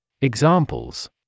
Examples